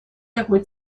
такой